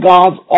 God's